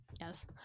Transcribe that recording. Yes